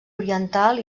oriental